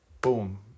boom